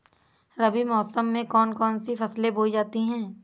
रबी मौसम में कौन कौन सी फसलें बोई जाती हैं?